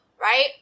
right